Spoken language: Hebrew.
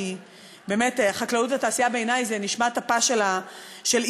כי באמת חקלאות ותעשייה בעיני הן נשמת אפה של ישראל.